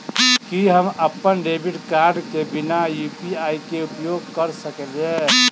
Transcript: की हम अप्पन debit card केँ बिना यु.पी.आई केँ उपयोग करऽ सकलिये?